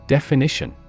Definition